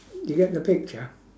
you get the picture